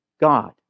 God